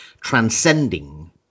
transcending